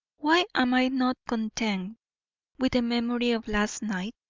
why am i not content with the memory of last night?